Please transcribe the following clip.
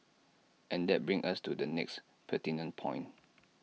and that brings us to the next pertinent point